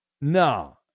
No